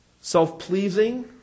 self-pleasing